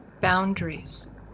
boundaries